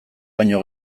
baino